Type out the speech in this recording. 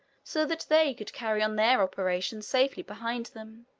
so that they could carry on their operations safely behind them.